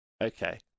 okay